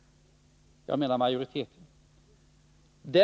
— kan undantag medges från lagen.